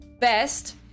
best